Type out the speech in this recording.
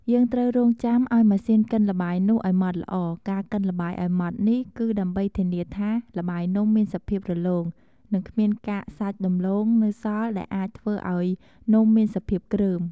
យើងត្រូវរង់ចាំឱ្យម៉ាស៊ីនកិនល្បាយនោះឱ្យម៉ត់ល្អ ការកិនល្បាយឱ្យម៉ត់នេះ គឺដើម្បីធានាថាល្បាយនំមានសភាពរលោង និងគ្មានកាកសាច់ដំឡូងនៅសល់ ដែលអាចធ្វើឱ្យនំមានសភាពគ្រើម។